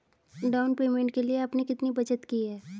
Down payment के लिए आपने कितनी बचत की है?